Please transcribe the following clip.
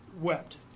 wept